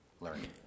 learning